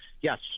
Yes